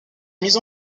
mise